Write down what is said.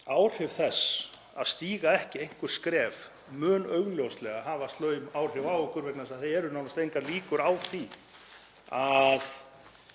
það að stíga ekki einhver skref mun augljóslega hafa slæm áhrif á okkur vegna þess að það eru nánast engar líkur á því að